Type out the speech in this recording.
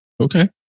Okay